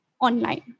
online